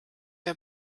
der